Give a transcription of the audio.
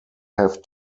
have